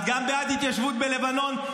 את גם בעד התיישבות בלבנון?